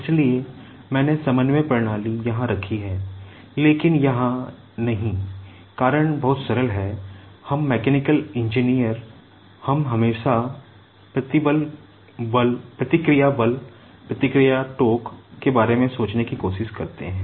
इसलिए मैंने coordinate system के बारे में सोचने की कोशिश करते हैं